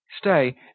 Stay